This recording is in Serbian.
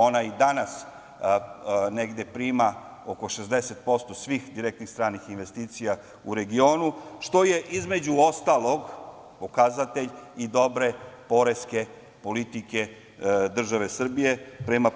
Ona i danas negde prima oko 60% svih direktnih stranih investicija u regionu što je između ostalog pokazatelj i dobre poreske politike države Srbije prema